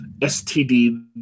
STD